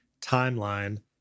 timeline